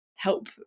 help